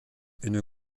une